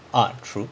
ah true